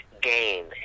game